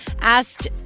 asked